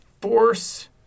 force